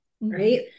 right